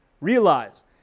Realize